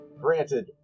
Granted